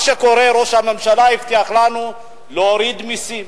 מה שקורה, ראש הממשלה הבטיח לנו להוריד מסים.